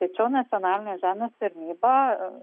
tačiau nacionalinė žemės tarnyba